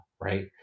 right